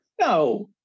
No